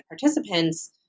participants